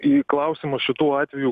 į klausimus šitų atvejų